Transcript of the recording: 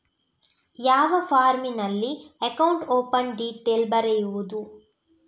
ಯಾವ ಫಾರ್ಮಿನಲ್ಲಿ account open detail ಬರೆಯುವುದು?